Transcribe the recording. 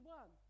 one